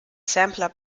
sampler